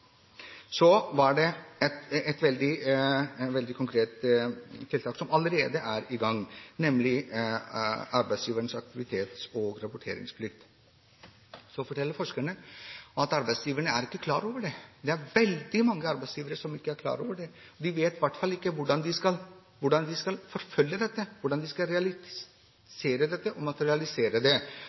Så gjelder det et veldig konkret tiltak, som allerede er i gang, nemlig arbeidsgiverens aktivitets- og rapporteringsplikt. Forskerne forteller at arbeidsgiverne ikke er klar over dette. Det er veldig mange arbeidsgivere som ikke er klar over dette. De vet iallfall ikke hvordan de skal forfølge det, realisere det og materialisere det. Da er det viktig at de får den hjelpen det er behov for, for å realisere dette.